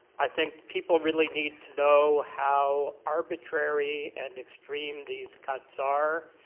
i think people really need to know how arbitrary and extreme these cuts are.